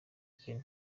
open